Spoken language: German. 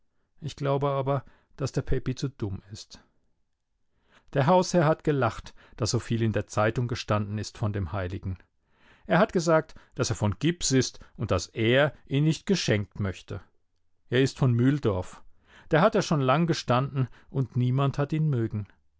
ich glaube aber daß der pepi zu dumm ist der hausherr hat gelacht daß soviel in der zeitung gestanden ist von dem heiligen er hat gesagt daß er von gips ist und daß er ihn nicht geschenkt möchte er ist von mühldorf da ist er schon lang gestanden und niemand hat ihn mögen